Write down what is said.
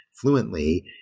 fluently